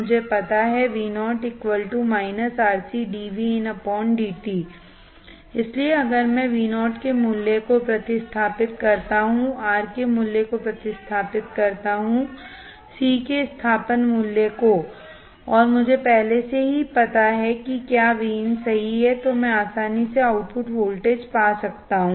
मुझे पता है कि इसलिए अगर मैं Vo के मूल्य को प्रतिस्थापित करता हूं R के मूल्य को प्रतिस्थापित करता हूं C के स्थानापन्न मूल्य को और मुझे पहले से ही पता है कि क्या Vin सही है तो मैं आसानी से आउटपुट वोल्टेज Vo पा सकता हूं